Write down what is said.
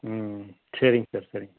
ம் சரிங்க சார் சரி